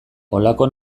halako